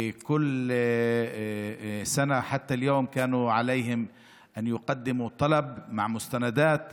בכל שנה עד היום היה עליהם להגיש בקשה עם מסמכים